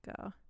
go